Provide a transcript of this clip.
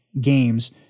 games